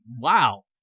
Wow